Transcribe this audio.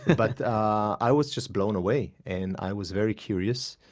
but i was just blown away and i was very curious.